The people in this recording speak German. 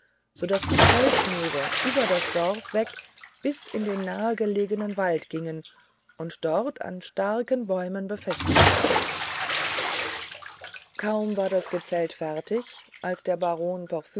so daß die zeltschnüre über das dorf weg bis in den nahgelegenen wald gingen und dort an starken bäumen befestigt waren kaum war das gezelt fertig als der